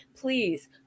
Please